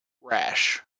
Rash